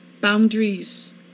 boundaries